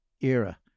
era